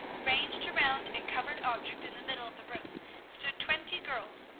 ranged around a covered object in the middle of the room stood twenty girls,